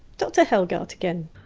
dr hellgardt again.